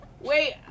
wait